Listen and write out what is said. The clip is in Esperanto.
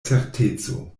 certeco